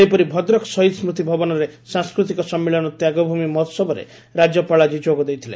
ସେହିପରି ଭଦ୍ରକ ଶହୀଦ ସ୍ତି ଭବନରେ ସାଂସ୍କୁତିକ ସଶ୍ମିଳନ ତ୍ୟାଗଭ୍ମି ମହୋସବରେ ରାକ୍ୟପାଳ ଆଜି ଯୋଗଦେଇଥିଲେ